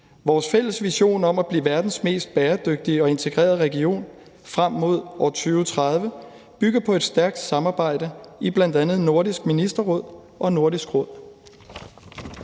Vores fælles vision om at blive verdens mest bæredygtige og integrerede region frem mod år 2030 bygger på et stærkt samarbejde i bl.a. Nordisk Ministerråd og Nordisk Råd.